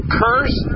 curse